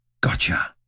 Gotcha